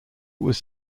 was